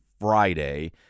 Friday